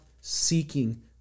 seeking